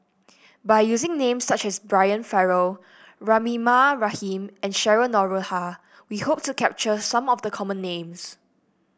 by using names such as Brian Farrell Rahimah Rahim and Cheryl Noronha we hope to capture some of the common names